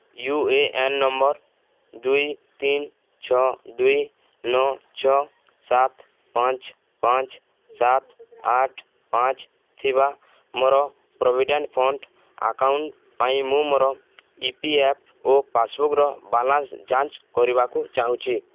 you A N number ଦୁଇ ତିନି ଛଅ ଦୁଇ ନଅ ଛଅ ସାତ ପାଞ୍ଚ ପାଞ୍ଚ ସାତ ଆଠ ପାଞ୍ଚ ଥିବା ମୋର ପ୍ରୋଭିଡେଣ୍ଟ୍ ଫଣ୍ଡ୍ ଆକାଉଣ୍ଟ୍ ପାଇଁ ମୁଁ ମୋର ଇ ପି ଏଫ୍ ଓ ପାସ୍ବୁକ୍ର ବାଲାନ୍ସ୍ ଯାଞ୍ଚ କରିବାକୁ ଚାହୁଁଛି